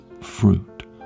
fruit